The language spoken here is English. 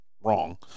wrong